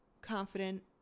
confident